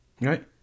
right